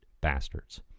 bastards